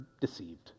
deceived